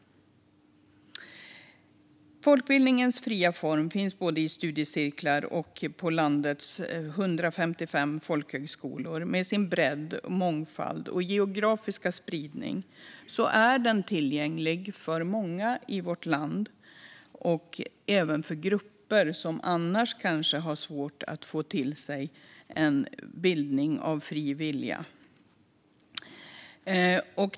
Folkbildningens fria form finns både i studiecirklar och på landets 155 folkhögskolor. Med sin bredd, mångfald och geografiska spridning är folkbildningen tillgänglig för många i vårt land, även för grupper som kanske annars har svårt att av fri vilja få till sig bildning.